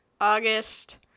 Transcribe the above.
August